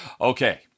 Okay